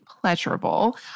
pleasurable